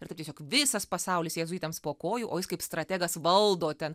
ir taip tiesiog visas pasaulis jėzuitams po kojų o jis kaip strategas valdo ten